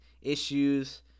issues